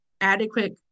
adequate